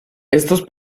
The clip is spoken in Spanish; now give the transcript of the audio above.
estos